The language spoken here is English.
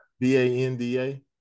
B-A-N-D-A